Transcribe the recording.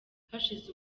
hashize